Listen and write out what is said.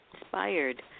inspired